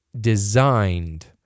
designed